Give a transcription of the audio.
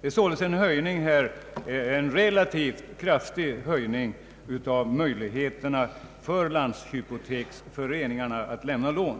Det är således en relativt kraftig utökning av möjligheterna för landshypoteksföreningarna att lämna lån.